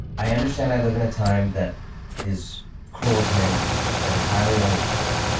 i understand i live in a time that is cruel to many people, that is highly unequal,